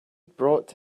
brought